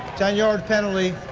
ten yard penalty,